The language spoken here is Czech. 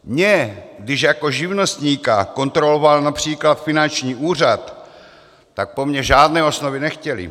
Mě když jako živnostníka kontroloval například finanční úřad, tak po mně žádné osnovy nechtěli.